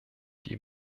die